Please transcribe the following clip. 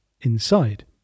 inside